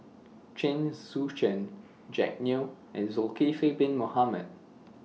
Chen Sucheng Jack Neo and Zulkifli Bin Mohamed